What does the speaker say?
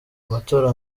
amatora